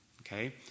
Okay